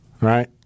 right